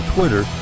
Twitter